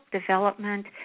development